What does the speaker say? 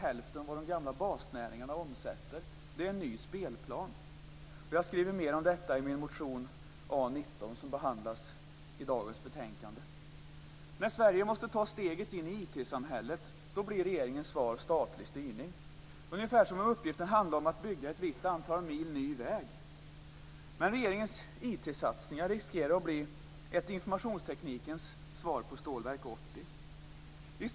Det är en ny spelplan. Jag skriver mer om detta i min motion A19, som behandlas i dagens betänkande. När Sverige måste ta steget in i IT-samhället blir regeringens svar statlig styrning, ungefär som om uppgiften handlade om att bygga ett visst antal mil ny väg. Regeringens IT-satsningar riskerar att bli ett informationsteknikens svar på Stålverk 80.